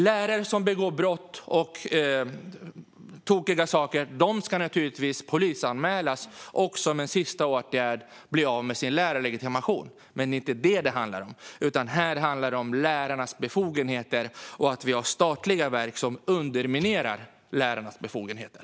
Lärare som begår brott och gör tokiga saker ska naturligtvis polisanmälas och som en sista åtgärd bli av med sin lärarlegitimation. Men nu handlar det inte om detta, utan om lärarnas befogenheter och om att vi har statliga verk som underminerar lärarnas befogenheter.